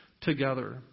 together